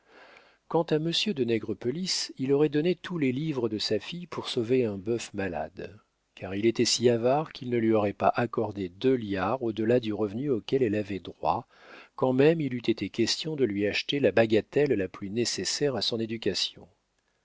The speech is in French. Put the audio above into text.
quant à monsieur de nègrepelisse il aurait donné tous les livres de sa fille pour sauver un bœuf malade car il était si avare qu'il ne lui aurait pas accordé deux liards au delà du revenu auquel elle avait droit quand même il eût été question de lui acheter la bagatelle la plus nécessaire à son éducation